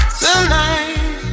tonight